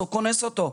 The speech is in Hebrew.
ואם כן הוא קונס אותו.